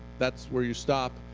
that's where you stop.